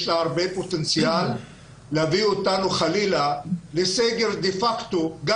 יש לה הרבה פוטנציאל להביא אותנו חלילה לסגר דה פקטו גם